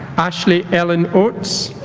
ashley ellen oates